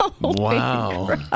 Wow